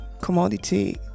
commodity